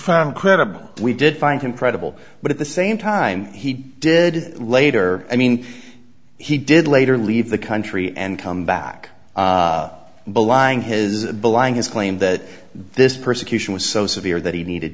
found credible we did find him credible but at the same time he did later i mean he did later leave the country and come back belying his blind his claim that this persecution was so severe that he needed